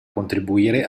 contribuire